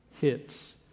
hits